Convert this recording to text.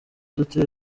dute